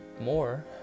more